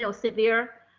so severe.